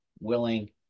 willing